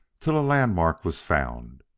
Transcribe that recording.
till a landmark was found.